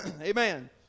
Amen